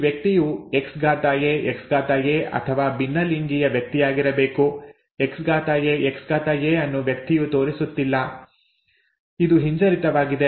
ಈ ವ್ಯಕ್ತಿಯು XAXA ಅಥವಾ ಭಿನ್ನಲಿಂಗೀಯ ವ್ಯಕ್ತಿಯಾಗಿರಬೇಕು XAXa ಅನ್ನು ವ್ಯಕ್ತಿಯು ತೋರಿಸುತ್ತಿಲ್ಲ ಇದು ಹಿಂಜರಿತವಾಗಿದೆ